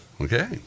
Okay